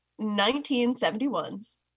1971's